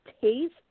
taste